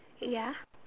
ya